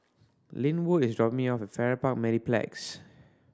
Lynwood is dropping me off Farrer Park Mediplex